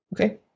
Okay